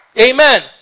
Amen